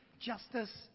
justice